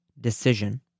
decision